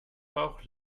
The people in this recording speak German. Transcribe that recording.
bauch